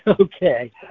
Okay